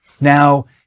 Now